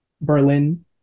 Berlin